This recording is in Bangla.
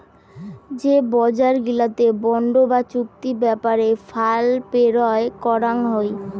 যে বজার গিলাতে বন্ড বা চুক্তি ব্যাপারে ফাল পেরোয় করাং হই